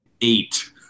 Eight